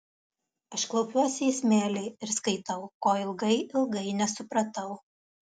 aš klaupiuosi į smėlį ir skaitau ko ilgai ilgai nesupratau